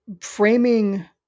framing